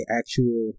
actual